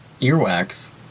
earwax